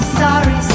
sorry